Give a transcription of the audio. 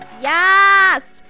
Yes